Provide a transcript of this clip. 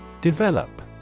Develop